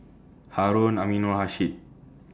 Harun Aminurrashid